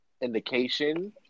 indication